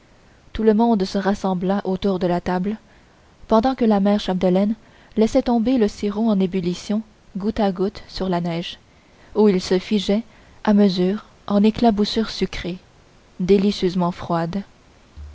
tout le monde se rassembla autour de la table pendant que la mère chapdelaine laissait tomber le sirop en ébullition goutte à goutte sur la neige où il se figeait à mesure en éclaboussures sucrées délicieusement froides